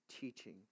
teaching